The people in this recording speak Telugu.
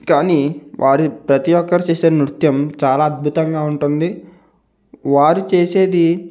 కానీ వారి ప్రతి ఒక్కరు చేసే నృత్యం చాలా అద్భుతంగా ఉంటుంది వారు చేసేది